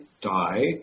die